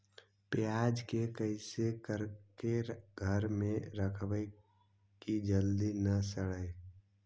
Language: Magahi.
प्याज के कैसे करके घर में रखबै कि जल्दी न सड़ै?